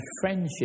friendship